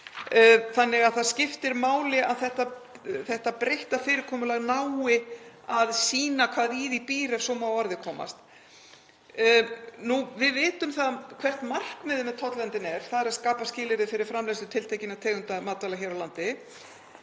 umræðu. Það skiptir því máli að þetta breytta fyrirkomulag nái að sýna hvað í því býr ef svo má að orði komast. Við vitum hvert markmiðið með tollverndinni er, þ.e. að skapa skilyrði fyrir framleiðslu tiltekinna tegunda matvæla hér á landi,